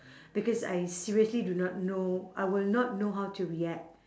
because I seriously do not know I will not know how to react